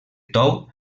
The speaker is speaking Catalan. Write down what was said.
tou